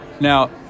Now